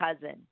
cousin